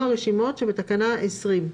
או הרשימות שבתקנה 20."